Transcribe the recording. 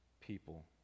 people